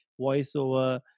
voiceover